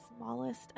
smallest